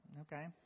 okay